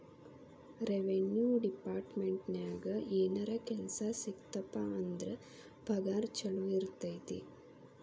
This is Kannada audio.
ರೆವೆನ್ಯೂ ಡೆಪಾರ್ಟ್ಮೆಂಟ್ನ್ಯಾಗ ಏನರ ಕೆಲ್ಸ ಸಿಕ್ತಪ ಅಂದ್ರ ಪಗಾರ ಚೊಲೋ ಇರತೈತಿ